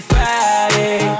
Friday